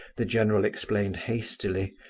the general explained hastily.